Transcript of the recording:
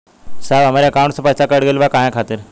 साहब हमरे एकाउंट से पैसाकट गईल बा काहे खातिर?